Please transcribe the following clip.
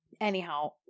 Anyhow